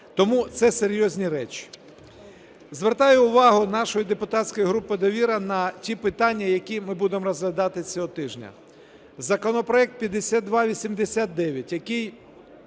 Тому це серйозні речі. Звертаю увагу нашої депутатської групи "Довіра" на ті питання, які ми будемо розглядати цього тижня. Законопроект 5289, який